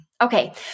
Okay